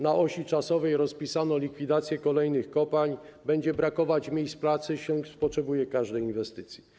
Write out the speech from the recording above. Na osi czasu rozpisano likwidację kolejnych kopalń, będzie brakować miejsc pracy, Śląsk potrzebuje każdej inwestycji.